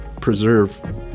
preserve